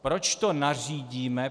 Proč to nařídíme?